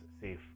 safe